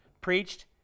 preached